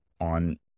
on